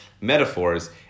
metaphors